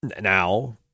Now